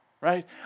right